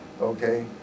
Okay